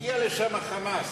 הגיע לשם ה"חמאס".